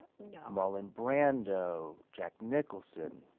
no marlon brando, jack nicholson,